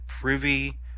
privy